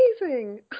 amazing